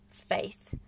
faith